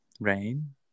Rain